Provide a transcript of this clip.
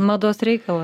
mados reikalas